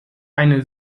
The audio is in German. eine